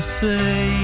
say